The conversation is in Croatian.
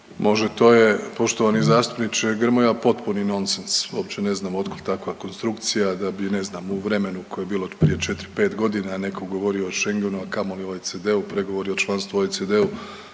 Može, to je poštovani zastupniče Grmoja potpuni nonsens, uopće ne znam od kud takva konstrukcija da bi, ne znam, u vremenu koje je bilo od prije 4, 5 godina, a netko govorio o Schengenu, a kamoli OECD-u. Pregovori o članstvu u OECD-u